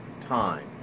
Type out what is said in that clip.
time